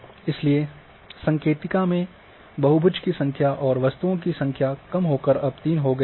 इसलिए संकेतिका में बहुभुज की संख्या और वस्तुओं की संख्या कम होकर अब तीन हो गयी है